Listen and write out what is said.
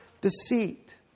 deceit